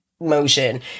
motion